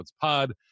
pod